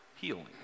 healing